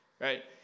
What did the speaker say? right